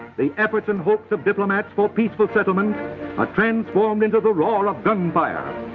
the efforts and hopes of diplomats for peaceful settlement are transformed into the roar of gunfire.